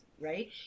right